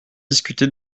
discuté